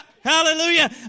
Hallelujah